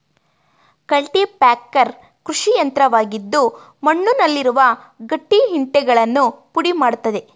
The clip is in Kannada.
ಕಲ್ಟಿಪ್ಯಾಕರ್ ಕೃಷಿಯಂತ್ರವಾಗಿದ್ದು ಮಣ್ಣುನಲ್ಲಿರುವ ಗಟ್ಟಿ ಇಂಟೆಗಳನ್ನು ಪುಡಿ ಮಾಡತ್ತದೆ